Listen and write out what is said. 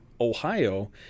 Ohio